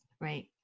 Right